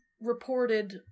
reported